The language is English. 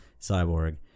Cyborg